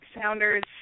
Sounders